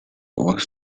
was